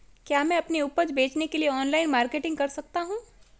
क्या मैं अपनी उपज बेचने के लिए ऑनलाइन मार्केटिंग कर सकता हूँ?